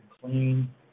clean